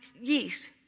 yeast